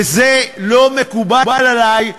וזה לא מקובל עלי,